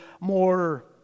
more